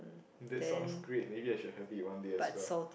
that's sound great maybe I should have it one day as well